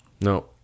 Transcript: No